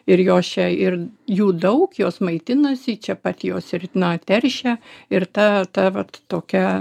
ir jos čia ir jų daug jos maitinasi čia pat jos ir na teršia ir ta ta vat tokia